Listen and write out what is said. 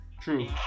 true